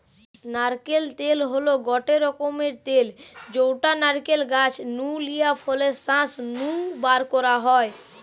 নারকেল তেল হল গটে রকমের তেল যউটা নারকেল গাছ নু লিয়া ফলের শাঁস নু বারকরা হয়